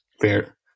fair